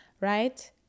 right